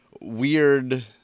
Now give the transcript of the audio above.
weird